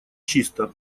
чисто